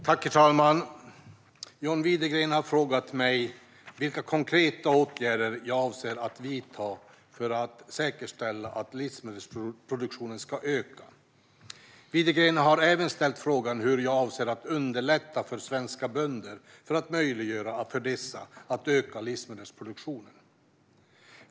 Herr talman! John Widegren har frågat mig vilka konkreta åtgärder jag avser att vidta för att säkerställa att livsmedelsproduktionen ska öka. Widegren har även ställt frågan hur jag avser att underlätta för svenska bönder för att möjliggöra för dessa att öka livsmedelsproduktionen.